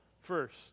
first